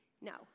No